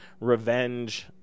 revenge